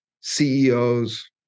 CEOs